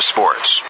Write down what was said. Sports